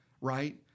Right